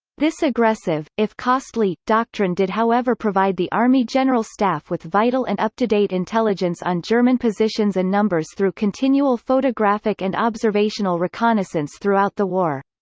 this aggressive, if costly, doctrine did however provide the army general staff with vital and up-to-date intelligence on german positions and numbers through continual photographic and observational reconnaissance throughout the war.